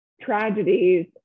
tragedies